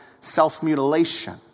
self-mutilation